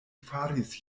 faris